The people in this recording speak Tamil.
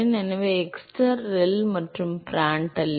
எனவே xstar ReL மற்றும் Prandtl எண்